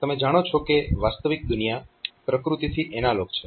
તમે જાણો છો કે વાસ્તવિક દુનિયા પ્રકૃતિથી એનાલોગ છે